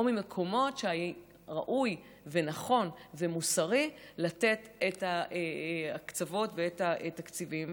או ממקומות שראוי ונכון ומוסרי לתת את ההקצבות ואת התקציבים.